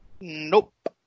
Nope